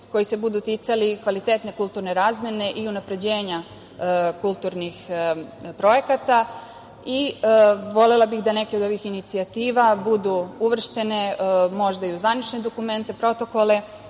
koji se budu ticali kvalitetne kulturne razmene i unapređenja kulturnih projekata. Volela bih da neke od ovih inicijativa budu uvrštene možda i u zvanične dokumente, protokole,